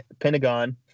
Pentagon